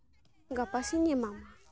ᱜᱟᱯᱟ ᱥᱮᱫ ᱮᱢᱟᱢᱟ